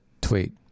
tweet